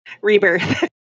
rebirth